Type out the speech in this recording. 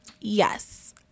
Yes